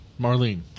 Marlene